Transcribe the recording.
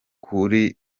kuri